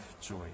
joy